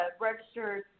registered